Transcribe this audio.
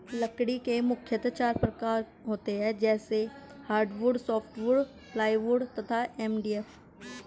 लकड़ी के मुख्यतः चार प्रकार होते हैं जैसे हार्डवुड, सॉफ्टवुड, प्लाईवुड तथा एम.डी.एफ